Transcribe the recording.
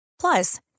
Plus